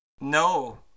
No